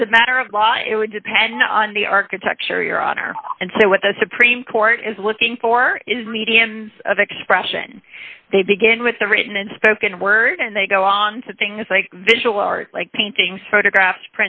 as a matter of law it would depend on the architecture your honor and so what the supreme court is looking for is mediums of expression they begin with the written and spoken word and they go on to things like visual art like paintings photographs